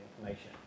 information